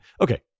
Okay